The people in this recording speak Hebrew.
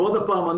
ועוד הפעם,